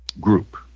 group